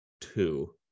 two